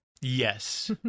Yes